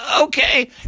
Okay